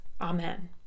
Amen